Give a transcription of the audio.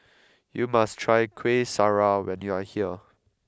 you must try Kuih Syara when you are here